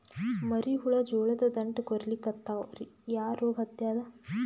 ಮರಿ ಹುಳ ಜೋಳದ ದಂಟ ಕೊರಿಲಿಕತ್ತಾವ ರೀ ಯಾ ರೋಗ ಹತ್ಯಾದ?